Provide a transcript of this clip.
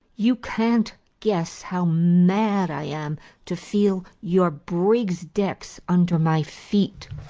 you can't guess how mad i am to feel your brig's decks under my feet.